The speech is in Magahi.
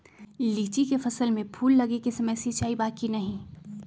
लीची के फसल में फूल लगे के समय सिंचाई बा कि नही?